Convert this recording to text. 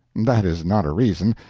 that is not a reason,